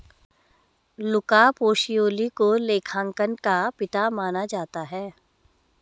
लुका Pacioli को लेखांकन का पिता माना जाता है